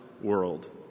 world